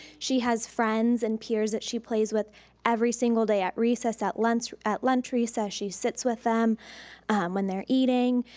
she has friends and peers that she plays with every single day at recess, at lunch at lunch recess she sits with them when they're eating.